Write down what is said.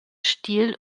stil